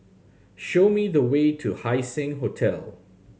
show me the way to Haising Hotel